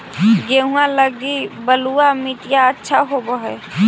गेहुआ लगी बलुआ मिट्टियां अच्छा होव हैं?